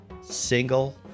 single